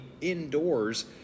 indoors